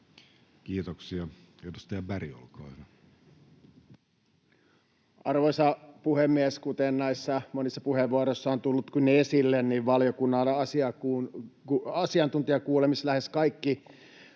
Kiitoksia. — Edustaja Berg, olkaa hyvä. Arvoisa puhemies! Kuten näissä monissa puheenvuoroissa on tullutkin esille, valiokunnan asiantuntijakuulemisessa lähes kaikki